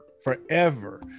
Forever